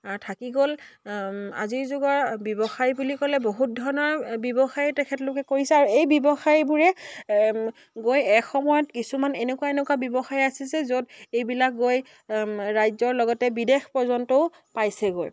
থাকি গ'ল আজিৰ যুগৰ ব্যৱসায় বুলি ক'লে বহুত ধৰণৰ ব্যৱসায়ো তেখেতলোকে কৰিছে আৰু এই ব্যৱসায়বোৰে গৈ এসময়ত কিছুমান এনেকুৱা এনেকুৱা ব্যৱসায় আছে যে য'ত এইবিলাক গৈ ৰাজ্যৰ লগতে বিদেশ পৰ্যন্তও পাইছেগৈ